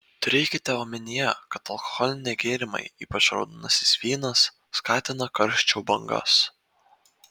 turėkite omenyje kad alkoholiniai gėrimai ypač raudonasis vynas skatina karščio bangas